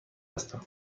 هستم